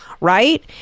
Right